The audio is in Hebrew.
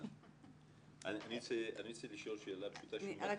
אני רוצה לשאול שאלה פשוטה.